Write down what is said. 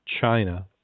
China